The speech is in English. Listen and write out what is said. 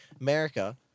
America